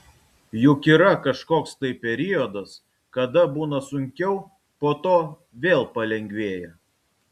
juk yra kažkoks tai periodas kada būna sunkiau po to vėl palengvėja